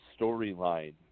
storyline